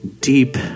deep